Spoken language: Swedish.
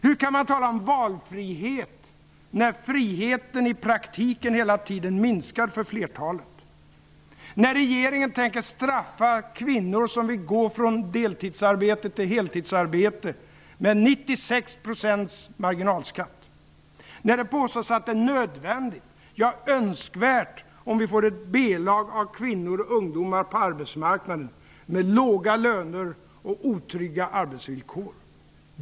Hur kan man tala om valfrihet, när friheten i praktiken hela tiden minskar för flertalet, när regeringen tänker straffa kvinnor som vill gå från deltidsarbete till heltidsarbete med 96 % marginalskatt, när det påstås att det är nödvändigt, ja, önskvärt, att vi får ett B-lag av kvinnor och ungdomar på arbetsmarknaden, med låga löner och otrygga arbetsvilllkor?